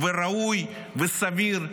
וראוי וסביר והגיוני,